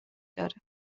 داره